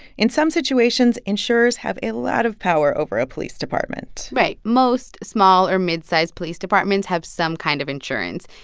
in some situations, insurers have a lot of power over a police department right. most small or mid-sized police departments have some kind of insurance,